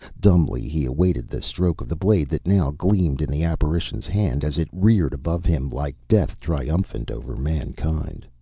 dumbly he awaited the stroke of the blade that now gleamed in the apparition's hand as it reared above him like death triumphant over mankind.